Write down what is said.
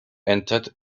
entered